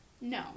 No